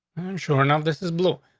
i'm sure enough this is blue.